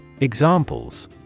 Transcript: Examples